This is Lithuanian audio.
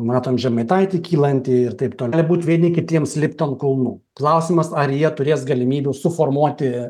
matom žemaitaitį kylantį ir taip toliau gali būt vieni kitiems lipt ant kulnų klausimas ar jie turės galimybių suformuoti